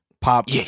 pop